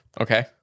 Okay